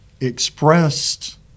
expressed